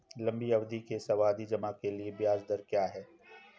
लंबी अवधि के सावधि जमा के लिए ब्याज दर क्या है?